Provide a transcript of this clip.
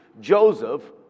Joseph